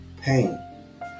pain